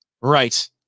Right